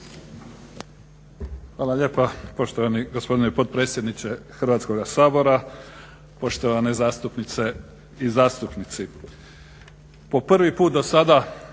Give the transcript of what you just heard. Hvala lijepa poštovani gospodine potpredsjedniče Hrvatskoga sabora. Poštovane zastupnice i zastupnici. Po prvi put do sada